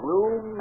Room